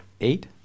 eight